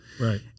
Right